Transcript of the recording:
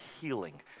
healing